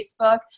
Facebook